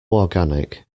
organic